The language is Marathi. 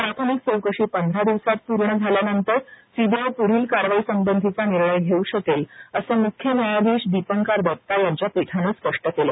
प्राथमिक चौकशी पंधरा दिवसात पूर्ण झाल्यानंतर सीबीआय पुढील कारवाई संबंधीचा निर्णय घेऊ शकेल असं मुख्य न्यायाधीश दिपंकार दत्ता यांच्या पीठाने स्पष्ट केले